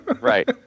Right